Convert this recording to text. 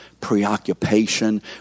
preoccupation